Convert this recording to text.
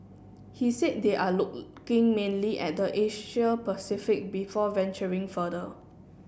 he said they are looking mainly at the Asia Pacific before venturing further